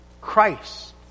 Christ